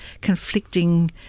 conflicting